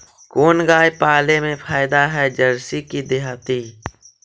कोन गाय पाले मे फायदा है जरसी कि देहाती?